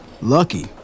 Lucky